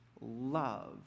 love